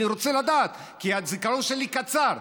אני רוצה לדעת, כי הזיכרון שלי קצר.